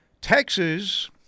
Texas